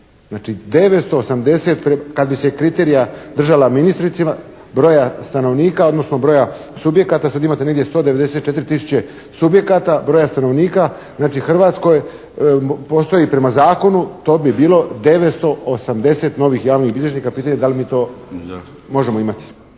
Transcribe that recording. Znači, 980 kad bi se kriterija držala broja stanovnika, odnosno broja subjekata. Sad imate negdje 194 000 subjekata, broja stanovnika. Znači Hrvatskoj postoji prema zakonu to bi bilo 980 novih javnih bilježnika. Pitanje da li mi to možemo imati?